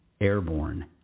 airborne